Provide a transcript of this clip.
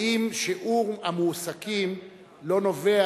האם שיעור המועסקים הנמוך לא נובע